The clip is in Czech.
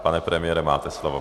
Pane premiére, máte slovo.